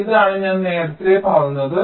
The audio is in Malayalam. ഇതാണ് ഞാൻ നേരത്തേ പറഞ്ഞത്